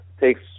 takes